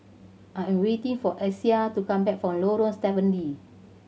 I am waiting for Isaiah to come back from Lorong Stephen Lee